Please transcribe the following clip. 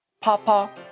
Papa